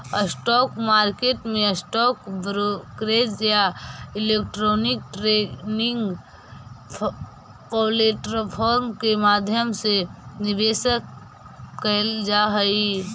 stock market में stock brokerage या electronic trading platform के माध्यम से निवेश कैल जा हइ